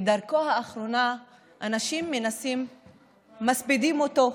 בדרכו האחרונה אנשים מספידים אותו,